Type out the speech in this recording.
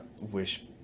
wish